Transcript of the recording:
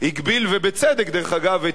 ובצדק דרך אגב,